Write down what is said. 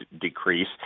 decrease